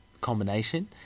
combination